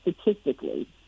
statistically